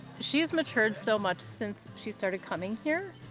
she has matured so much since she started coming here.